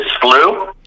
flu